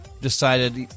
Decided